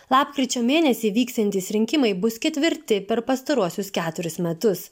lapkričio mėnesį vyksiantys rinkimai bus ketvirti per pastaruosius keturis metus